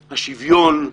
השוויון,